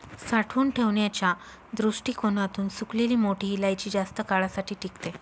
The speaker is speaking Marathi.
साठवून ठेवण्याच्या दृष्टीकोणातून सुकलेली मोठी इलायची जास्त काळासाठी टिकते